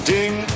Ding